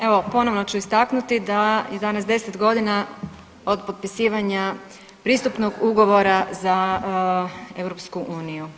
Evo, ponovno ću istaknuti da je danas 10 godina od potpisivanja pristupnog ugovora za EU.